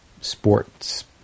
sports